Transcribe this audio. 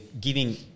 giving –